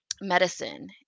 medicine